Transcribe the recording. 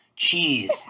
cheese